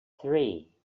three